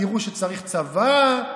תראו שצריך צבא.